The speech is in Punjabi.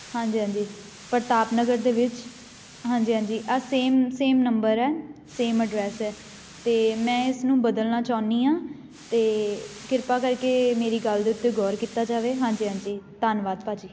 ਹਾਂਜੀ ਹਾਂਜੀ ਪ੍ਰਤਾਪ ਨਗਰ ਦੇ ਵਿੱਚ ਹਾਂਜੀ ਹਾਂਜੀ ਆਹ ਸੇਮ ਸੇਮ ਨੰਬਰ ਹੈ ਸੇਮ ਐਡਰੈੱਸ ਹੈ ਅਤੇ ਮੈਂ ਇਸਨੂੰ ਬਦਲਣਾ ਚਾਹੁੰਦੀ ਹਾਂ ਅਤੇ ਕਿਰਪਾ ਕਰਕੇ ਮੇਰੀ ਗੱਲ ਦੇ ਉੱਤੇ ਗੌਰ ਕੀਤਾ ਜਾਵੇ ਹਾਂਜੀ ਹਾਂਜੀ ਧੰਨਵਾਦ ਭਾਅ ਜੀ